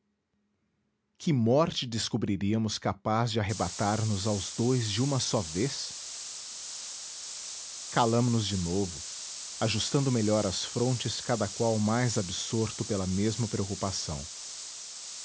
que morte descobriríamos capaz de arrebatar nos aos dois de uma só vez calamo nos de novo ajustando melhor as frontes cada qual mais absorto pela mesma preocupação